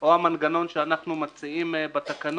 או המנגנון שאנחנו מציעים בתקנות,